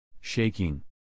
shaking